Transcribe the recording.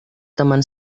teman